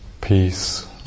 Peace